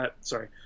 Sorry